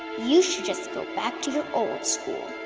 you should just go back to your old school.